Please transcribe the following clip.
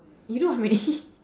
you do how many